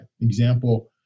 Example